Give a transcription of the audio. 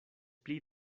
pli